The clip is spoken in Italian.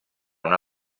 una